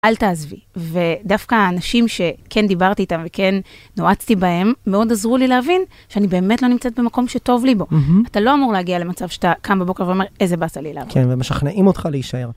אל תעזבי, ודווקא האנשים שכן דיברתי איתם וכן נועצתי בהם, מאוד עזרו לי להבין שאני באמת לא נמצאת במקום שטוב לי בו. אתה לא אמור להגיע למצב שאתה קם בבוקר ואומר, איזה באסה לי לעבוד. כן, והם משכנעים אותך להישאר.